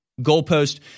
goalpost